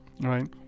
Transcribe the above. Right